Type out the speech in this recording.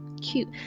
cute